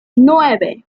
nueve